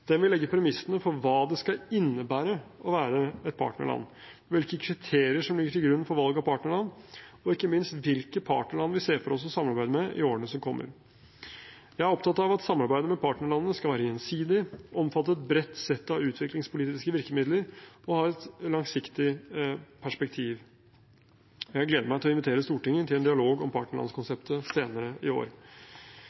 Den vil legge premissene for hva det skal innebære å være et partnerland, hvilke kriterier som ligger til grunn for valg av partnerland, og ikke minst hvilke partnerland vi ser for oss å samarbeide med i årene som kommer. Jeg er opptatt av at samarbeidet med partnerlandene skal være gjensidig, omfatte et bredt sett av utviklingspolitiske virkemidler og ha et langsiktig perspektiv. Jeg gleder meg til å invitere Stortinget til en dialog om